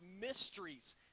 mysteries